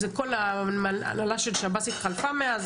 כל הרל"ש של שב"ס התחלפה מאז